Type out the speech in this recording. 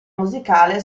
musicale